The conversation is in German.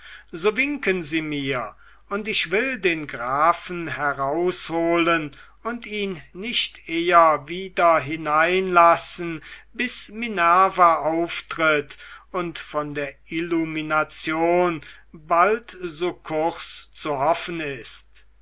so winken sie mir und ich will den grafen herausholen und ihn nicht eher wieder hineinlassen bis minerva auftritt und von der illumination bald sukkurs zu hoffen ist